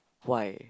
why